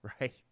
Right